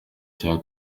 cya